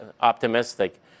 optimistic